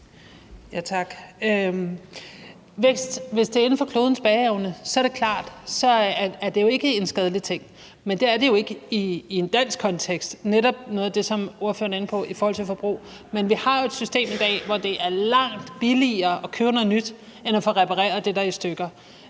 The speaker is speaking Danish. Tak. Hvis vækst er inden for klodens bæreevne, er det klart, at så er det ikke en skadelig ting. Men det er det jo ikke i en dansk kontekst. Det er netop noget af det, som ordføreren er inde på i forhold til forbrug. Men vi har jo et system i dag, hvor det er langt billigere at købe noget nyt end at få repareret det, der er i stykker.